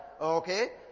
Okay